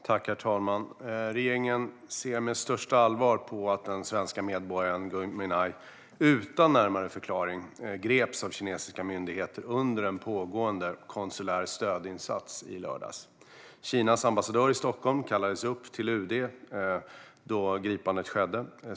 Herr talman! Regeringen ser med största allvar på att den svenske medborgaren Gui Minhai utan närmare förklaring greps av kinesiska myndigheter under en pågående konsulär stödinsats i lördags. Kinas ambassadör i Stockholm kallades upp till UD då gripandet skedde.